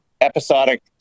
episodic